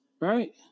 Right